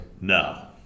No